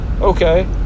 Okay